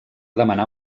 demanar